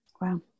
wow